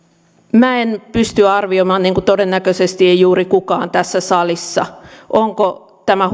minä en pysty arvioimaan niin kuin todennäköisesti ei juuri kukaan tässä salissa onko tämä